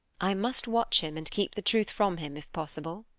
i must watch him and keep the truth from him, if possible.